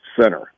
center